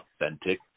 authentic